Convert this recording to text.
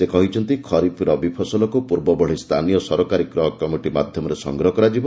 ସେ କହିଛନ୍ତି ଖରିଫ୍ ରବି ଫସଲକ୍ ପୂର୍ବଭଳି ସ୍ଥାନୀୟ ସରକାରୀ କ୍ରୟ କମିଟି ମାଧ୍ୟମରେ ସଂଗ୍ରହ କରାଯିବ